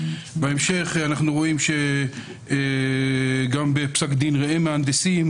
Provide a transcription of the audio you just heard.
בהמשך אנחנו רואים שגם בפסק דין "ראם מהנדסים"